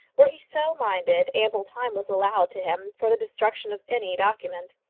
were he so minded, ample time was allowed to him for the destruction of any document.